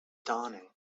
dawning